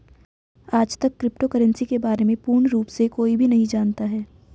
आजतक crypto currency के बारे में पूर्ण रूप से कोई भी नहीं जानता है